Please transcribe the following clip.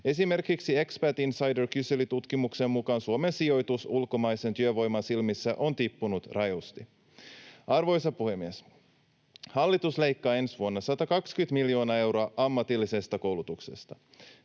Esimerkiksi Expat Insider -kyselytutkimuksen mukaan Suomen sijoitus ulkomaisen työvoiman silmissä on tippunut rajusti. Arvoisa puhemies! Hallitus leikkaa ensi vuonna 120 miljoonaa euroa ammatillisesta koulutuksesta.